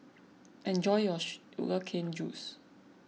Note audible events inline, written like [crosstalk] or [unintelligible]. [noise] enjoy your [unintelligible] Sugar Cane Juice